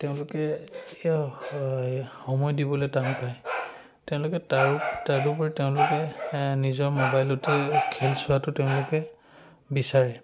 তেওঁলোকে সময় দিবলৈ টান পায় তেওঁলোকে তাৰো তদুপৰি তেওঁলোকে নিজৰ মোবাইলতে খেল চোৱাটো তেওঁলোকে বিচাৰে